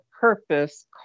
purpose